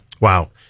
Wow